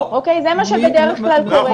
זה מה שבדרך כלל קורה.